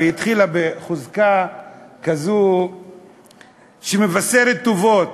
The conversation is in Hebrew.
והתחילה בחוזקה כזו שמבשרת טובות,